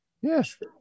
Yes